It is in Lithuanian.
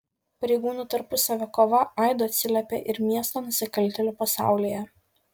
pareigūnų tarpusavio kova aidu atsiliepė ir miesto nusikaltėlių pasaulyje